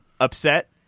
upset